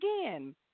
again